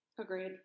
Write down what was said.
Agreed